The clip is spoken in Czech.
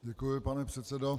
Děkuji, pane předsedo.